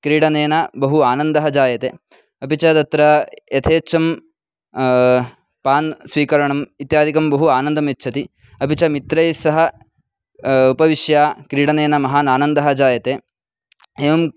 क्रीडनेन बहु आनन्दः जायते अपि च तत्र यथेच्छं पान् स्वीकरणम् इत्यादिकं बहु आनन्दम् यच्छति अपि च मित्रैः सह उपविश्य क्रीडनेन महान् आनन्दः जायते एवं